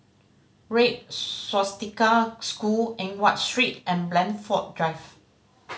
Red Swastika School Eng Watt Street and Blandford Drive